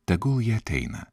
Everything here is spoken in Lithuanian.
tegul jie ateina